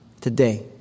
today